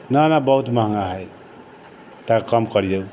नहि नहि बहुत महँगा है तऽ कम करियौ